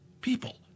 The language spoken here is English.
people